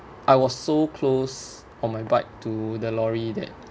I was so close on my bike to the lorry that